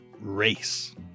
race